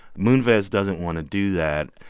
moonves doesn't want to do that.